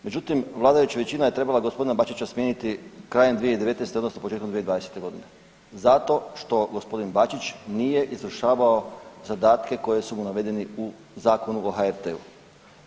Međutim, vladajuća većina je trebala gospodina Bačića smijeniti krajem 2019. odnosno početkom 2020. godine zato što gospodin Bačić nije izvršavao zadatke koji su mu navedeni u Zakonu o HRT-u.